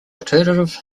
alternative